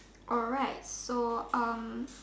alright so um